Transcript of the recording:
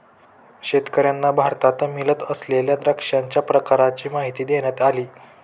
शेतकर्यांना भारतात मिळत असलेल्या द्राक्षांच्या प्रकारांची माहिती देण्यात आली